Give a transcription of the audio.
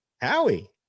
Howie